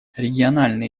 региональные